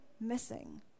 missing